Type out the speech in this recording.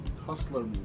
Hustler